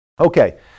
Okay